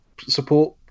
support